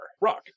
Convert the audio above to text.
Rock